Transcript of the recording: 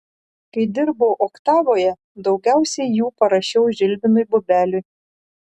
kai dirbau oktavoje daugiausiai jų parašiau žilvinui bubeliui